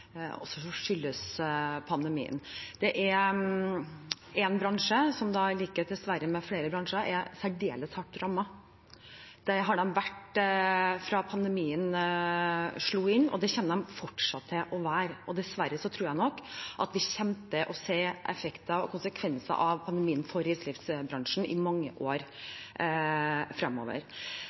skyldes pandemien. Det er en bransje som dessverre, i likhet med flere andre bransjer, er særdeles hardt rammet. Det har de vært fra pandemien slo inn, og det kommer de fortsatt til å være. Og dessverre tror jeg at vi kommer til å se effekter og konsekvenser av pandemien for reiselivsbransjen i mange år framover.